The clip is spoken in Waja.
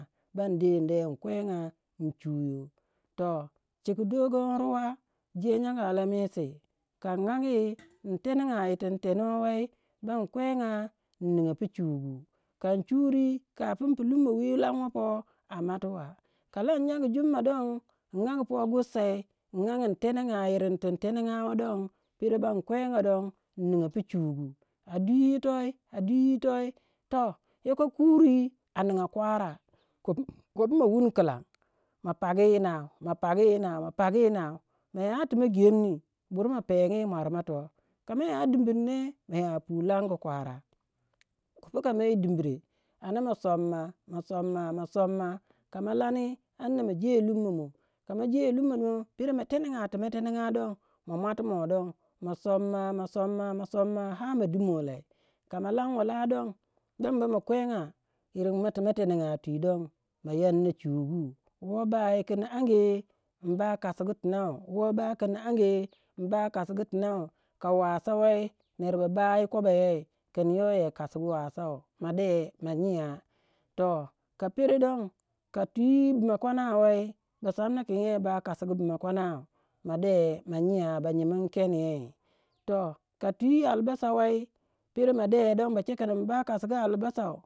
Ban de inde inkwega in chuyo. Toh chiku Dogonruwa je nyongu Alamisi kan angi intenega yir tun in tenuwei ban kwengya in ninga pu chugu. kan churi kopun pu lumo wi lomwe poh a matuwa. Ka lan nyangu jumma don in angu poh gursai in ang intenenga yirin ti intengawe don pero ban kwega don niga pu chugu a dwi yitoi a dwi yitoi toh yoko Kuri aninga kwara kup- kopu ma wuni kilan ma pogu yi nau, ma pogu ma, pagu yi nau moyatima gemni bur ma pengu yi mwar ma toh kama ya dimbir ne mayapu longu kwara kopo kamei dimbire ana ma somma ma somma ma somma kama lani amana je lumo moh komaje lumo don pero matenga timatenaga don ma mwatimuwe don ma soma ma soma ma soma har ma dimwe lai koma lamwe lai don bam bama kwenga yirinma tu ma tenenga twi don ma yanna chugu. Woh ba kin ange imba kosugu tinau, woh ba kin age imba kosigu tinou ka wasa wai ner ba ba yi kobo yei kin you you kosigu wasau made ma nyiya. Toh ka pero don ka twi bimakwana wei ba samna kin yo ba kasigu bima kwana ma de ma nyiya ba nyimin kenyei toh ka twi albasa wai pero ma de don ba che kin mba kasu albasau.